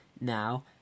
now